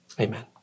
amen